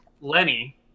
lenny